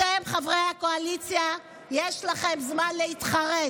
אתם, חברי הקואליציה, יש לכם זמן להתחרט.